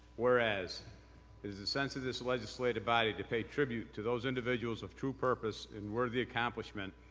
whereas, it is the sense of this legislative body to pay tribute to those individuals of true purpose and worthy accomplishment,